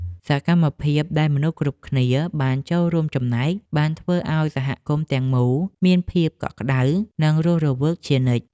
សកម្មភាពដែលមនុស្សគ្រប់គ្នាបានចូលរួមចំណែក បានធ្វើឱ្យសហគមន៍ទាំងមូលមានភាពកក់ក្ដៅ និងរស់រវើកជានិច្ច។